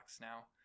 now